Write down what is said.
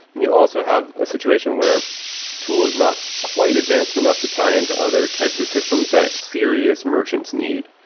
and you also have a situation where tools not quite advanced enough to tie into other types of systems that serious merchants need.